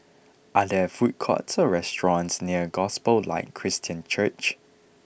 are there food courts or restaurants near Gospel Light Christian Church